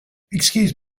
excuse